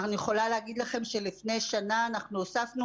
אני יכולה להגיד לכם שלפני שנה אנחנו הוספנו